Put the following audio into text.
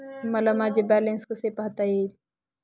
मला माझे बॅलन्स कसे पाहता येईल?